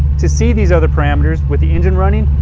to see these other parameters with the engine running,